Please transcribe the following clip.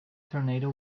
tornado